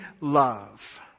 love